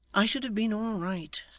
i should have been all right.